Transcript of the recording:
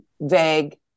vague